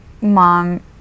Mom